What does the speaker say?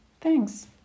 Thanks